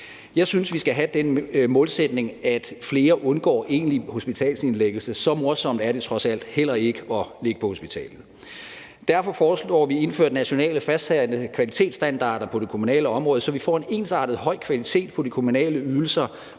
Jeg synes, at vi skal have den målsætning, at flere undgår egentlig hospitalsindlæggelse; så morsomt er det trods alt heller ikke at ligge på hospitalet. Derfor foreslår vi indført nationale fastsatte kvalitetsstandarder på det kommunale område, så vi får en ensartet høj kvalitet på de kommunale ydelser